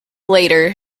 later